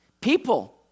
People